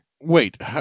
Wait